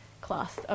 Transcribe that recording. class